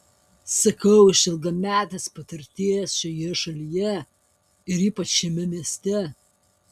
sakau iš ilgametės patirties šioje šalyje ir ypač šiame mieste